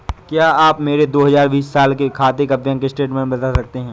क्या आप मेरे दो हजार बीस साल के खाते का बैंक स्टेटमेंट बता सकते हैं?